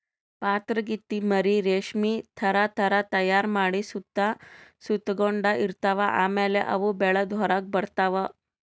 ಪಾತರಗಿತ್ತಿ ಮರಿ ರೇಶ್ಮಿ ಥರಾ ಧಾರಾ ತೈಯಾರ್ ಮಾಡಿ ಸುತ್ತ ಸುತಗೊಂಡ ಇರ್ತವ್ ಆಮ್ಯಾಲ ಅವು ಬೆಳದ್ ಹೊರಗ್ ಬರ್ತವ್